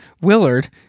Willard